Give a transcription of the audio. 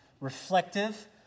reflective